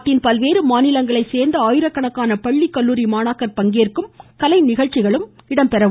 நாட்டின் பல்வேறு மாநிலங்களை சோ்ந்த ஆயிரக்கணக்கான பள்ளி கல்லுாரி மாணாக்கர் பங்கேற்கும் கலை நிகழ்ச்சிகளும் நடைபெற உள்ளன